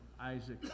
Isaac